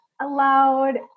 allowed